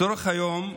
הצורך היום,